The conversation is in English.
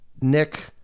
Nick